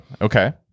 okay